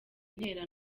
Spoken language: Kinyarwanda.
ntera